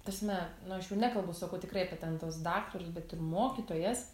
tas me nu aš jau nekalbu sakau tikrai apie ten tuos daktarus bet ir mokytojas